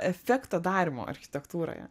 efekto darymą architektūroje